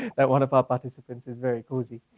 that one of our participants is very cozy.